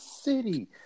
City